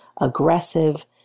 aggressive